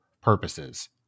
purposes